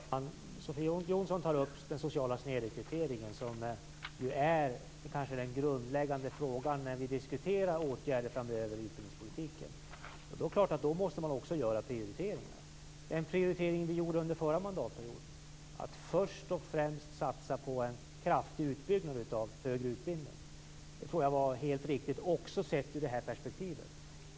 Fru talman! Sofia Jonsson tar upp den sociala snedrekryteringen, som är den kanske grundläggande frågan när vi diskuterar åtgärder framöver i utbildningspolitiken. Då är det klart att man också måste göra prioriteringar. Den prioritering som vi gjorde under den förra mandatperioden var att först och främst satsa på en kraftig utbyggnad av den högre utbildningen. Det tror jag var helt riktigt - också sett ur det här perspektivet.